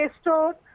Store